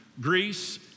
Greece